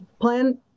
plan